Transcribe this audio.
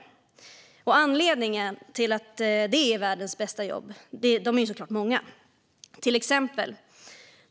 Och anledningarna till att det är just världens bästa jobb är många. Låt mig ge några exempel.